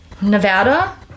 Nevada